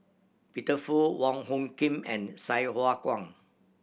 Peter Fu Wong Hung Khim and Sai Hua Kuan